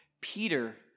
Peter